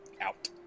out